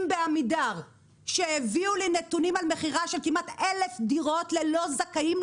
בעמידר שהביאו לי נתונים על מכירה של כמעט 1,000 דירות ללא זכאים,